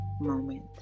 moment